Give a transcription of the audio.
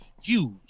huge